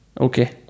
Okay